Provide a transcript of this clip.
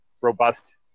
robust